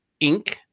Inc